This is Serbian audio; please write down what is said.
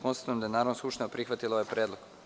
Konstatujem da je Narodna skupština prihvatila ovaj predlog.